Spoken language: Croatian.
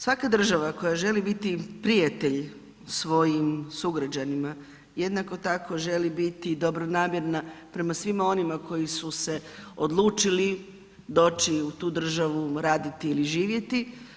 Svaka država koja želi biti prijatelj svojim sugrađanima jednako tako želi biti dobronamjerna prema svima onima koji su se odlučili doći u tu državu, raditi ili živjeti.